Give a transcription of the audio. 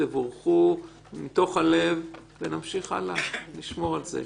תבורכו מתוך הלב ונמשיך הלאה לשמור על זה.